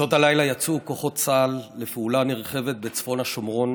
בשעות הלילה יצאו כוחות צה"ל לפעולה נרחבת בצפון השומרון